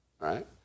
right